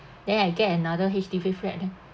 then I get another H_D_B flat leh